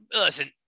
listen